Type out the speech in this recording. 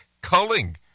culling